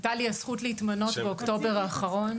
הייתה לי הזכות באוקטובר האחרון